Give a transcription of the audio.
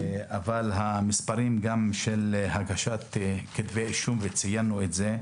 אבל באשר להגשת כתבי אישום, וציינו את זה,